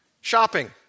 shopping